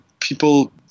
people